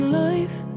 life